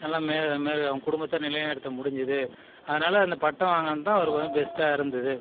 நல்லா மேலே மேலே அவன் குடும்பத்தை நிலைநிறுத்த முடிஞ்சுது அதனால் அந்த பட்டம் வாங்கினது தான் அவருக்கு வந்து பெஸ்ட்டாக இருந்தது